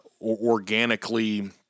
organically